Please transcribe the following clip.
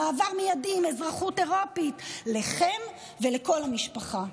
מעבר מיידי עם אזרחות אירופית להם ולכל המשפחה.